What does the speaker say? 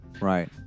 right